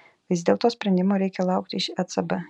vis dėlto sprendimo reikia laukti iš ecb